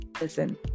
listen